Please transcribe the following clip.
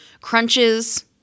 crunches